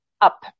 up